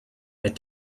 had